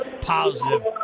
positive